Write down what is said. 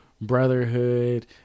Brotherhood